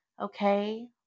Okay